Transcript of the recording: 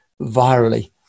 virally